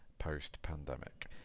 post-pandemic